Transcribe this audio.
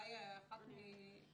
אולי קרן תציג.